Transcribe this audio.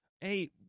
Hey